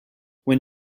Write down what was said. when